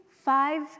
five